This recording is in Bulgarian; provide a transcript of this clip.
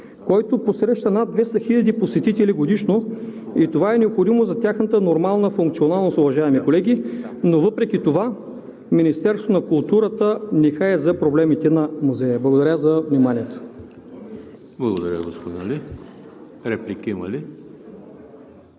който посреща над 200 хиляди посетители годишно. Това е необходимо за тяхната нормална функционалност, уважаеми колеги, но въпреки това Министерството на културата нехае за проблемите на музея. Благодаря за вниманието. ПРЕДСЕДАТЕЛ ЕМИЛ ХРИСТОВ: Благодаря, господин Али. Реплики има ли?